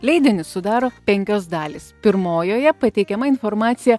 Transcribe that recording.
leidinį sudaro penkios dalys pirmojoje pateikiama informacija